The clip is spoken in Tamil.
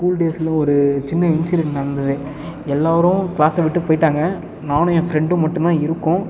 ஸ்கூல் டேஸ்ஸில் ஒரு சின்ன இன்சிடென்ட் நடந்தது எல்லாரும் கிளாஸை விட்டு போயிட்டாங்க நானும் என் ஃப்ரண்டும் மட்டும் தான் இருக்கோம்